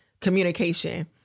communication